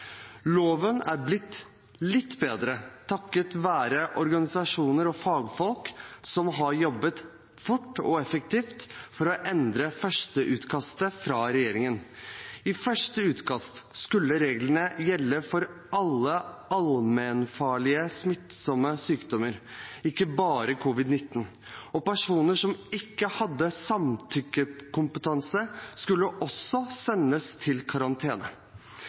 Loven er blitt litt bedre takket være at organisasjoner og fagfolk har jobbet fort og effektivt for å endre førsteutkastet fra regjeringen. I første utkast skulle reglene gjelde for alle allmennfarlige smittsomme sykdommer, ikke bare covid-19, og personer som ikke hadde samtykkekompetanse, skulle også sendes i karantene.